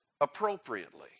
appropriately